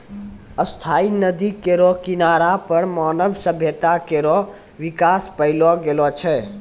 स्थायी नदी केरो किनारा पर मानव सभ्यता केरो बिकास पैलो गेलो छै